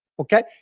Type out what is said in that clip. Okay